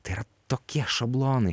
tai yra tokie šablonai